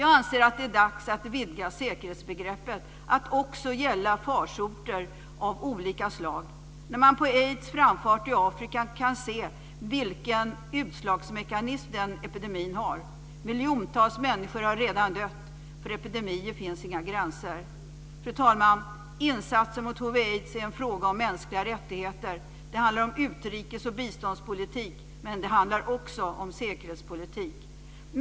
Jag anser att det är dags att vidga säkerhetsbegreppet till att också gälla farsoter av olika slag, när man av framfarten för aids i Afrika kan se vilken utslagningsmekanism epidemin har. Miljontals människor har redan dött. För epidemier finns inga gränser. Fru talman! Insatser mot hiv/aids är en fråga om mänskliga rättigheter. Det handlar om utrikes och biståndspolitik. Men det handlar också om säkerhetspolitik.